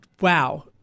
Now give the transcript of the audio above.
Wow